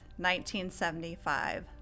1975